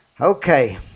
Okay